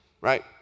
Right